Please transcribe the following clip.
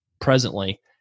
presently